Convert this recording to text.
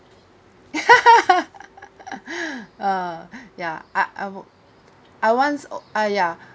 ah ya I I'll I once oh uh ya